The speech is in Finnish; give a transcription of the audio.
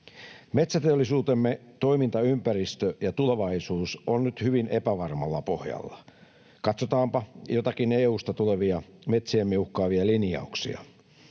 Metsäteollisuutemme toimintaympäristö ja tulevaisuus ovat nyt hyvin epävarmalla pohjalla. Katsotaanpa joitakin EU:sta tulevia, metsiämme uhkaavia linjauksia.